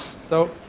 so,